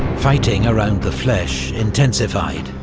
fighting around the fleches intensified,